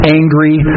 angry